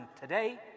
today